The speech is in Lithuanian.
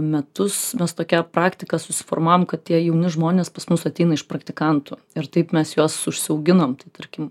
metus mes tokią praktiką susiformavom kad tie jauni žmonės pas mus ateina iš praktikantų ir taip mes juos užsiauginom tai tarkim